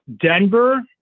Denver